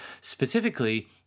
specifically